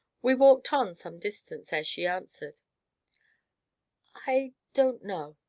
we walked on some distance ere she answered i don't know.